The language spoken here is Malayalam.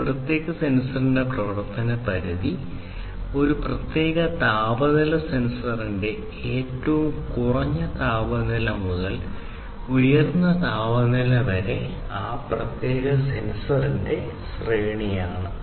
ഒരു പ്രത്യേക സെൻസറിന്റെ പ്രവർത്തന പരിധി ഒരു പ്രത്യേക താപനില സെൻസറിന്റെ ഏറ്റവും കുറഞ്ഞ താപനില മുതൽ ഉയർന്ന താപനില വരെ ആ പ്രത്യേക സെൻസറിന്റെ ശ്രേണിയാണ്